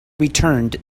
returned